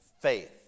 faith